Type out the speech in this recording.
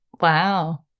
Wow